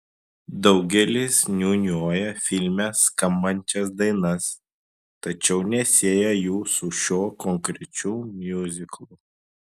daugelis niūniuoja filme skambančias dainas tačiau nesieja jų su šiuo konkrečiu miuziklu